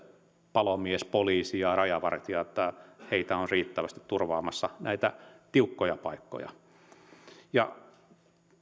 palomies poliisi ja rajavartija se että heitä on riittävästi turvaamassa näitä tiukkoja paikkoja